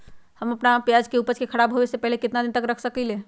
हम अपना प्याज के ऊपज के खराब होबे पहले कितना दिन तक रख सकीं ले?